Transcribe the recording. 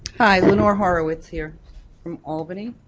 hi, lenore horowitz here from albany.